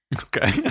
Okay